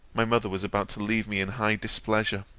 my mother was about to leave me in high displeasure.